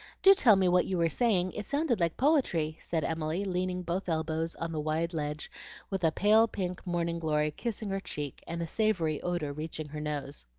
do tell me what you were saying. it sounded like poetry, said emily, leaning both elbows on the wide ledge with a pale pink morning-glory kissing her cheek, and a savory odor reaching her nose.